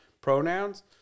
pronouns